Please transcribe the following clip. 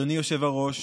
אדוני היושב-ראש,